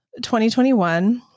2021